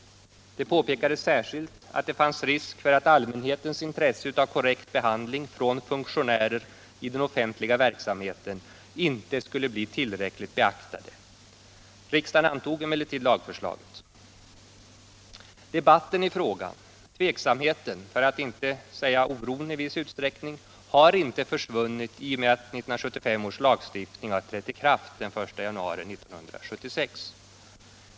Särskilt framhölls det att det fanns risk för att allmänhetens intresse av korrekt behandling från funktionärer i den offentliga verksamheten inte skulle bli tillräckligt beaktat. Riksdagen antog emellertid lagförslaget. Debatten i frågan, tveksamheten, för att inte säga oron, har inte försvunnit i och med att 1975 års lagstiftning har trätt i kraft den 1 januari 1976.